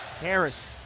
Harris